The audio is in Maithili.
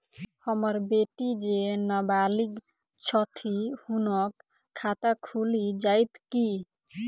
हम्मर बेटी जेँ नबालिग छथि हुनक खाता खुलि जाइत की?